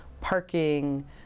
parking